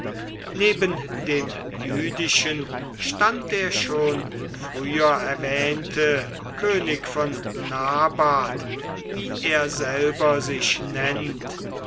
neben dem jüdischen stand der schon früher erwähnte könig von nabat wie er selber sich nennt